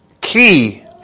key